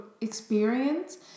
experience